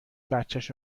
بچش